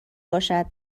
باشد